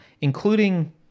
including